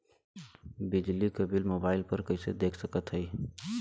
बिजली क bill mobile पर कईसे देख सकत हई?